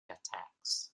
attacks